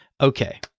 Okay